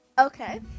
Okay